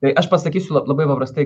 tai aš pasakysiu la labai paprastai